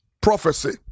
prophecy